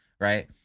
right